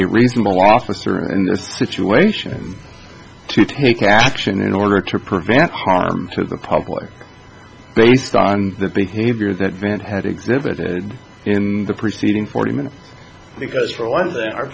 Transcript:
a reasonable officer and situation to take action in order to prevent harm to the public based on the behavior that event had exhibited in the preceding forty minutes because for one